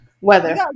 Weather